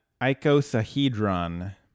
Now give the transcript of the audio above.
icosahedron